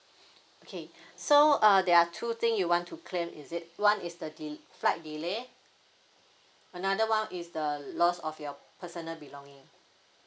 okay so uh there are two thing you want to claim is it one is the de~ flight delay another one is the loss of your personal belonging